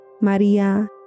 Maria